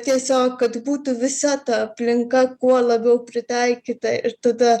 tiesiog kad būtų visa ta aplinka kuo labiau pritaikyta ir tada